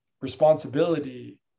responsibility